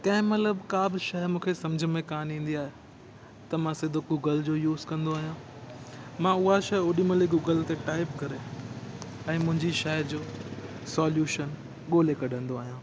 कंहिं महिल बि का बि शइ मूंखे सम्झ में कान ईंदी आहे त मां सिधो गूगल जो यूज़ कंदो आहियां मां उहा शइ ओॾी महिल ई गूगल ते टाइप करे ऐं मुंहिंजी शइ जो सोल्यूशन ॻोल्हे कढंदो आहियां